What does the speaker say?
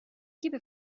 gibi